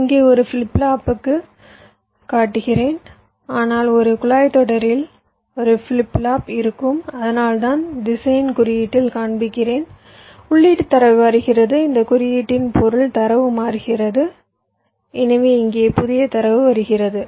இங்கே ஒரு ஃபிளிப் ஃப்ளாப்பைக் காட்டுகிறேன் ஆனால் ஒரு குழாய் தொடரில் ஒரு பிளிப் ஃப்ளாப் இருக்கும் அதனால்தான் திசையன் குறியீட்டில் காண்பிக்கிறேன் உள்ளீட்டு தரவு வருகிறது இந்த குறியீட்டின் பொருள் தரவு மாறுகிறது எனவே இங்கே புதிய தரவு வருகிறது